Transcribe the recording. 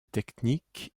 technique